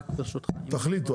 תחליטו.